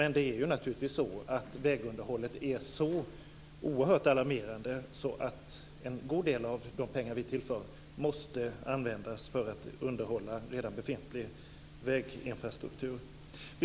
Men det är naturligtvis så att läget för vägunderhållet är så oerhört alarmerande att en god del av de pengar vi vill tillföra måste användas för att underhålla redan befintlig väginfrastruktur.